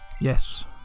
Yes